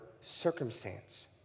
circumstance